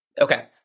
Okay